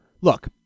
Look